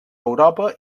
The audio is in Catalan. europa